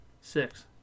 Six